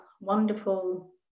wonderful